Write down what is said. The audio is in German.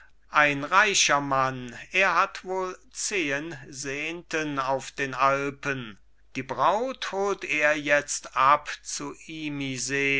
ein reicher mann er hat wohl zehen senten auf den alpen die braut holt er jetzt ab zu